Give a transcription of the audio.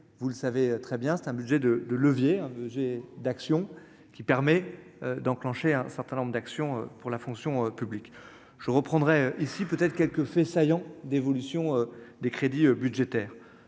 vous le savez très bien, c'est un budget de 2 leviers ai d'action qui permet d'enclencher un certain nombre d'actions pour la fonction publique, je reprendrai ici peut-être quelques faits saillants d'évolution des crédits budgétaires